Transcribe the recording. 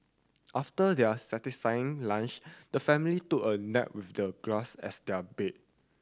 after their satisfying lunch the family took a nap with the grass as their bed